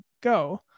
go